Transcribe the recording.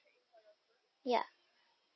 ya